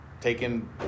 taken